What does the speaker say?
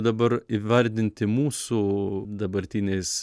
dabar įvardinti mūsų dabartiniais